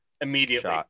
immediately